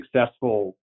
successful